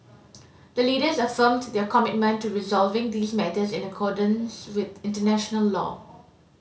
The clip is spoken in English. the Leaders affirmed their commitment to resolving these matters in accordance with international law